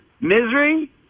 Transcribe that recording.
Misery